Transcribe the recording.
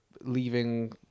leaving